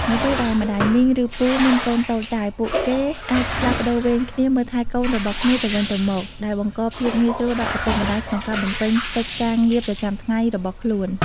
នៅពេលដែលម្ដាយមីង ឬពូ មានកូនតូចដែរ ពួកគេអាចផ្លាស់ប្ដូរវេនគ្នាមើលថែកូនរបស់គ្នាទៅវិញទៅមក ដែលបង្កភាពងាយស្រួលដល់ឪពុកម្ដាយក្នុងការបំពេញកិច្ចការងារប្រចាំថ្ងៃរបស់ខ្លួន។